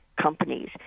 Companies